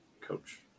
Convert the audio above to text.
coach